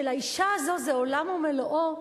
שלאשה הזאת זה עולם ומלואו,